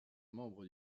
membre